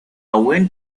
went